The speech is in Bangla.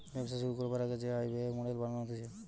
ব্যবসা শুরু করবার আগে যে আয় ব্যয়ের মডেল বানানো হতিছে